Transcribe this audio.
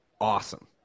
awesome